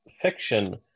fiction